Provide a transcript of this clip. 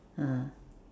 ah